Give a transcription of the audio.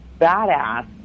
badass